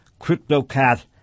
CryptoCat